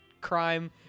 crime